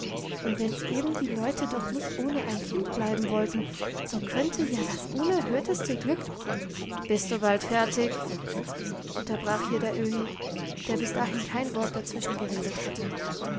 und wenn eben die leute doch nicht ohne ein kind bleiben wollten so könnte ja das unerhörteste glück bist du bald fertig unterbrach hier der öhi der bis dahin kein wort dazwischengeredet hatte